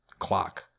clock